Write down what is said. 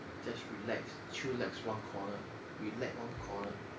just relax chillax one corner relax one corner